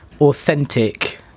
authentic